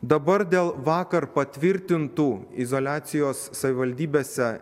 dabar dėl vakar patvirtintų izoliacijos savivaldybėse